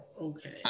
Okay